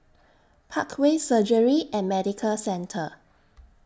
Parkway Surgery and Medical Centre